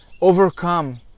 overcome